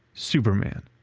superman,